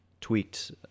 tweaked